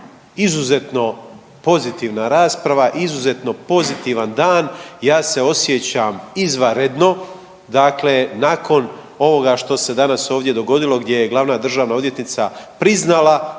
izuzetno pozitivna rasprava i izuzetno pozitivan dan, ja se osjećam izvanredno. Dakle nakon ovoga što se danas ovdje dogodilo gdje je glavna državna odvjetnica priznala